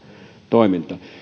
toiminta